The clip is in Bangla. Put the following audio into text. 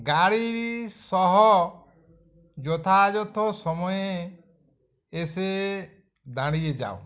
গাড়িসহ যথাযথ সময়ে এসে দাঁড়িয়ে যাও